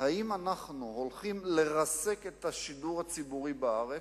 האם אנחנו הולכים לרסק את השידור הציבורי בארץ,